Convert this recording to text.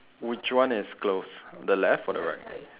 which one is closed the left or the right